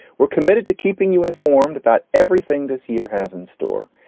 we're committed to keeping you informed about everything this year has in store,